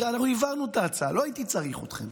תראה, אנחנו העברנו את ההצעה, לא הייתי צריך אתכם,